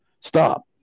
stop